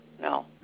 No